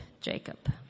Jacob